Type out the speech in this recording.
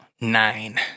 Nine